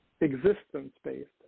existence-based